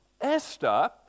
Esther